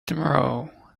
tomorrow